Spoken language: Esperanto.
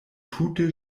tute